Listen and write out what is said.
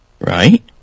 right